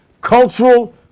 cultural